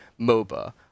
MOBA